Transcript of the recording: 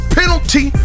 penalty